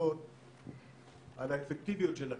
חלק מאיתנו שמע בוועדת המשנה ובצורות אחרות על האפקטיביות של הכלי.